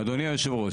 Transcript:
אדוני היושב-ראש,